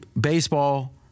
baseball